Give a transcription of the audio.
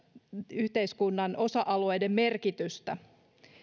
yhteiskunnan osa alueiden merkitystä